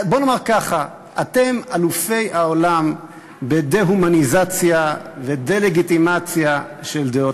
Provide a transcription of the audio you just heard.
בוא נאמר ככה: אתם אלופי העולם בדה-הומניזציה ודה-לגיטימציה של דעות,